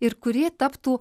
ir kuri taptų